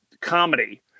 comedy